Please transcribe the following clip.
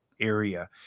area